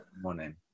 morning